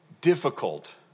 difficult